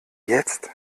jetzt